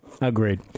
agreed